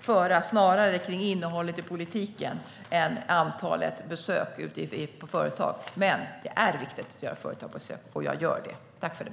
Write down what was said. föra snarare kring innehållet i politiken än kring antalet besök ute på företag. Men det är viktigt att göra företagsbesök, och jag gör det.